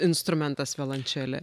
instrumentas violončelė